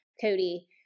Cody